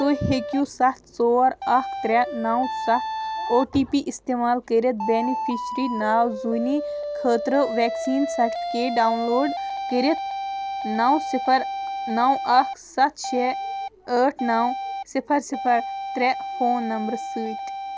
تُہۍ ہیٚکِو سَتھ ژور اَکھ ترٛےٚ نَو سَتھ او ٹی پی استعمال کٔرِتھ بینِفیشرِی ناو زوٗنی خٲطرٕ ویکسیٖن سرٹِفکیٹ ڈاوُن لوڈ کٔرِتھ نَو صِفَر نَو اَکھ سَتھ شےٚ ٲٹھ نَو صِفَر صِفَر ترٛےٚ فون نمبرٕ سۭتۍ